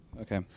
okay